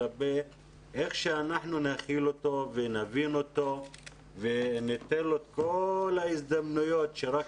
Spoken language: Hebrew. איך שאנחנו נכיל אותו ונבין אותו וניתן לו את כל ההזדמנויות שרק